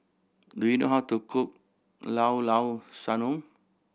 do you know how to cook Llao Llao Sanum